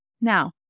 Now